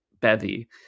bevy